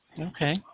Okay